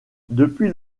depuis